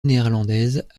néerlandaise